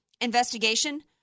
investigation